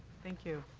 thank you.